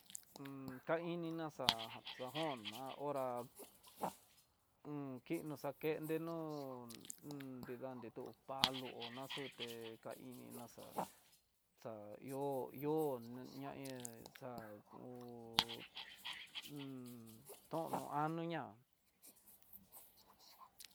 kaininá xa'á, xa jon ná horá un kino xakendenó un nrida nidó palo ho naxu té kaininá xa'á, xa ihó ihó ña'a xa ko tono anoña.